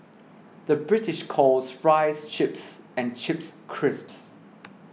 the British calls Fries Chips and Chips Crisps